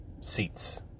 seats